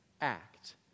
act